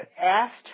asked